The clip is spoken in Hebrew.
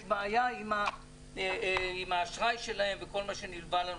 בעיה עם האשראי שלהם וכל מה שנלווה לנושא.